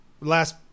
last